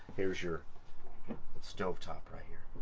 here's your stove top right here.